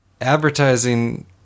advertising